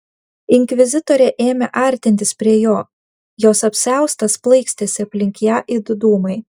inkvizitorė ėmė artintis prie jo jos apsiaustas plaikstėsi aplink ją it dūmai